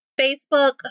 Facebook